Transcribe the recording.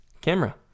camera